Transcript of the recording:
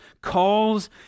calls